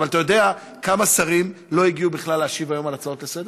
אבל אתה יודע כמה שרים לא הגיעו בכלל להשיב היום על הצעות לסדר-היום?